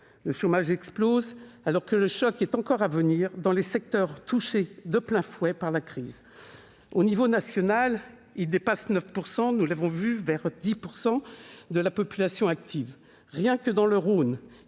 Le chômage explose, alors que le choc est encore à venir dans les secteurs touchés de plein fouet par la crise. Au niveau national, il dépasse 9 % de la population active. Rien que dans le Rhône,